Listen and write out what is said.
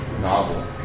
novel